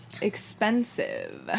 expensive